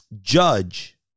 judge